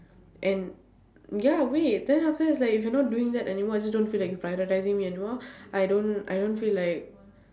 and ya wait then after that it's like you're not doing that anymore you just don't feel like prioritising me anymore I don't I don't feel like